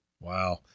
Wow